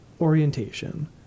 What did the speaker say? Orientation